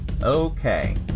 okay